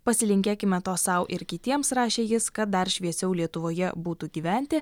pasilinkėkime to sau ir kitiems rašė jis kad dar šviesiau lietuvoje būtų gyventi